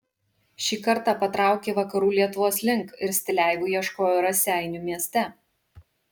šį kartą patraukė vakarų lietuvos link ir stileivų ieškojo raseinių mieste